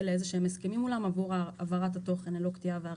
לאיזה שהם הסכמים מולם עבור העברת התוכן על פקיעה ועריכה.